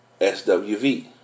SWV